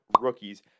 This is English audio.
rookies